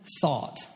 thought